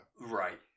Right